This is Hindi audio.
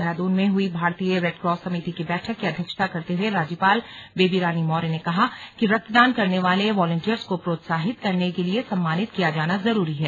देहरादून में हुई भारतीय रेडक्रॉस समिति की बैठक की अध्यक्षता करते हुए राज्यपाल बेबी रानी मौर्य ने कहा कि रक्तदान करने वाले वॉलन्टियर्स को प्रोत्साहित करने के लिए सम्मानित किया जाना जरूरी है